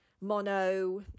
mono